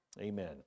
Amen